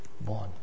born